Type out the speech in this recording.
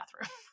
bathroom